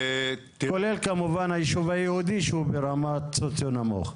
כולל כמובן הישוב היהודי שהוא ברמה סוציו נמוכה.